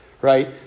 right